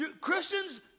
Christians